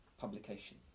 publication